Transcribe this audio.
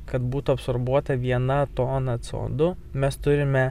kad būtų absorbuota viena tona ce o du mes turime